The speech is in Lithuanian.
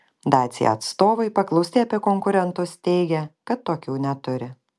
dacia atstovai paklausti apie konkurentus teigia kad tokių neturi